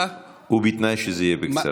ובתנאי שזה יהיה בקצרה.